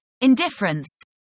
indifference